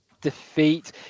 defeat